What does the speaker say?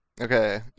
Okay